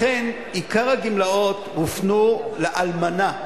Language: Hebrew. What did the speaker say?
לכן עיקר הגמלאות הופנו לאלמנה,